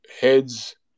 heads